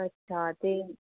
अच्छा ते